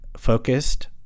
focused